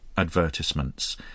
advertisements